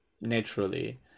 Naturally